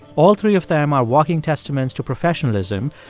all three of them are walking testaments to professionalism.